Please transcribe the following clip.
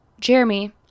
Jeremy